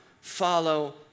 follow